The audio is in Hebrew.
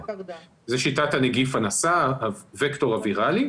זו שיטת הנגיף הנשא, הווקטור הווירלי.